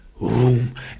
room